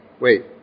Wait